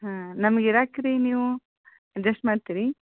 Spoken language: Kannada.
ಹಾಂ ನಮ್ಗೆ ಇರಾಕೆ ರೀ ನೀವು ಅಡ್ಜಸ್ಟ್ ಮಾಡ್ತೀರಿ